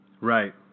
Right